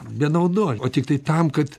ne naudoj o tiktai tam kad